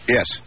Yes